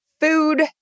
food